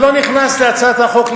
אני לא נכנס להצעת החוק,